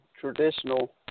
traditional